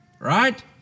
right